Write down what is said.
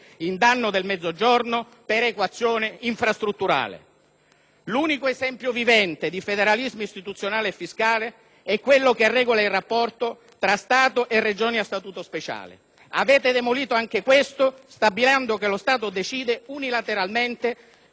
L'unico esempio vivente di federalismo istituzionale e fiscale è quello che regola il rapporto tra Stato e Regioni a Statuto speciale. Avete demolito anche questo stabilendo che lo Stato decide unilateralmente le questioni finanziarie fondamentali per i bilanci delle Regioni autonome.